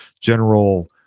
general